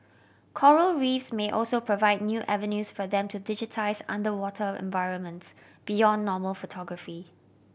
Coral Reefs may also provide new avenues for them to digitise underwater environments beyond normal photography